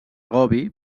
gobi